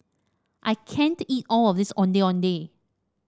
I can't eat all of this Ondeh Ondeh